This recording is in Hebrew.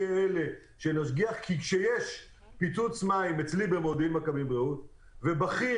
כי כשיש פיצוץ מים אצלי במודיעין-מכבים-רעות ובכיר